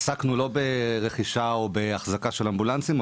עסקנו לא ברכישה או באחזקה של אמבולנסים,